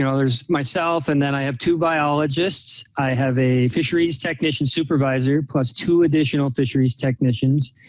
and there's myself and then i have two biologists. i have a fisheries technician supervisor plus two additional fisheries technicians.